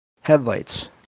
headlights